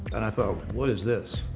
and i thought, what is this?